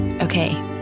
Okay